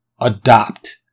adopt